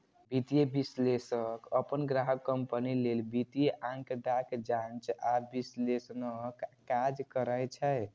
वित्तीय विश्लेषक अपन ग्राहक कंपनी लेल वित्तीय आंकड़ाक जांच आ विश्लेषणक काज करै छै